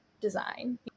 design